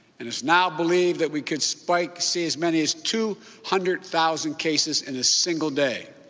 and it's now believed that we can spike, see as many as two hundred thousand cases in a single day.